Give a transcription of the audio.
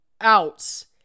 outs